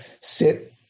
sit